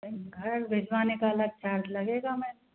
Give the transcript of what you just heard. घर भिजवाने का अलग चार्ज लगेगा मेम